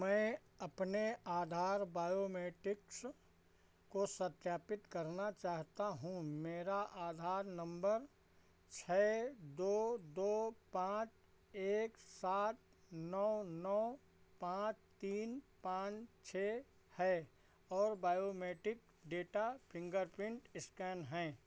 मैं अपने आधार बायोमेट्रिक्स को सत्यापित करना चाहता हूँ मेरा आधार नम्बर छह दो दो पाँच एक सात नौ नौ पाँच तीन पाँच छह है और बायोमेट्रिक डेटा फिन्गरप्रिन्ट एस्कैन है